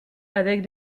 avec